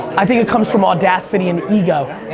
i think it comes from audacity and ego.